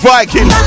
Viking